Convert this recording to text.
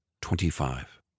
Twenty-five